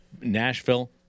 Nashville